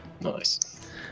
Nice